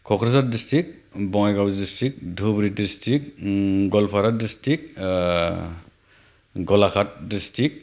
Kokrajhar district Bongaigaon district Dhubri district Goalpara district Golaghat district